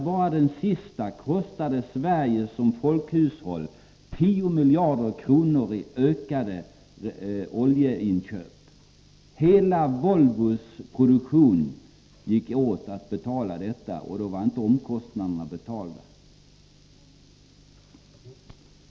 Bara den senaste kostade Sverige som folkhushåll 10 miljarder kronor extra för oljeinköp. Hela Volvos produktion gick åt för att betala detta — och då var ändå inte omkostnaderna betalda.